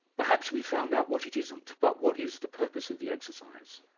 perhaps we found out what it isn't but what is the purpose of the exercise?